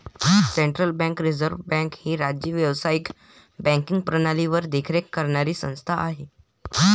central bank reserve bank ही राज्य व्यावसायिक बँकिंग प्रणालीवर देखरेख करणारी संस्था आहे